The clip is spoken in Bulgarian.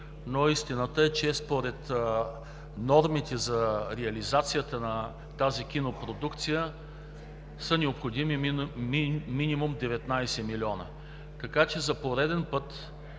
но истината е, че според нормите за реализацията на тази кинопродукция, са необходими минимум 19 милиона. Така че за пореден път